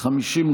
ההסתייגות.